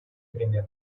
пример